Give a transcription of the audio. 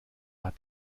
hat